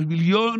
אבל מיליון,